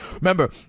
Remember